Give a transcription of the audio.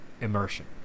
immersion